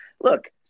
Look